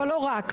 אבל לא רק,